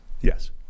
Yes